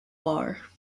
are